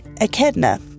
echidna